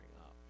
up